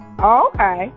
Okay